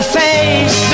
face